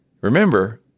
remember